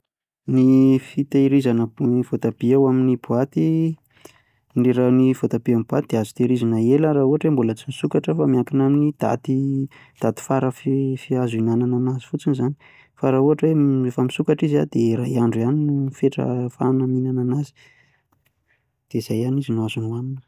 Ny fitahirizana ny voatabia ao amin'ny boaty ny raha ny voatabia amy boaty dia azo tehirizina ela raha ohatra ka mbola tsy nisokatra fa miankina amin'ny daty daty fara fy farany azo hinana an'azy fotsiny izany, fa raha ohatra hoe efa nisokatra izy izany dia iray andro eo izany no fetra ahafahana mihinana an'azy dia izay izany izy no azonao hoanina.